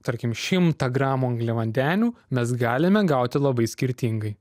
tarkim šimtą gramų angliavandenių mes galime gauti labai skirtingai